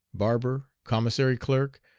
barber, commissary clerk,